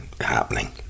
happening